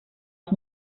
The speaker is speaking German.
ich